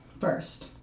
first